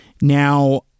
Now